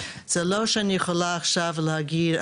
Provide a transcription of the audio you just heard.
זה לא שאני יכולה עכשיו להגיד,